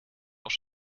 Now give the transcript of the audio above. auch